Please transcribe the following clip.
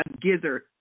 gizzard